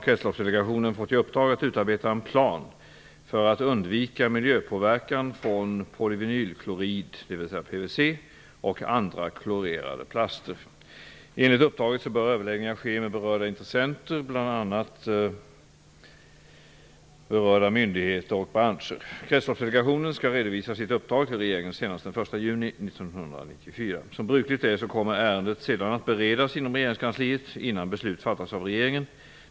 Kretsloppsdelegationen fått i uppdrag att utarbeta en plan för att undvika miljöpåverkan från polyvinylklorid och andra klorerade plaster. Enligt uppdraget bör överläggningar ske med berörda intressenter, bl.a. berörda myndigheter och branscher. Kretsloppsdelegationen skall redovisa sitt uppdrag till regeringen senast den 1 Som brukligt är kommer ärendet sedan att beredas inom regeringskansliet innan beslut fattas av regeringen.